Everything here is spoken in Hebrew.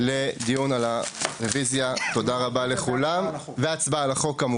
לדיון על הרוויזיה והצבעה על החוק.